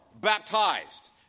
baptized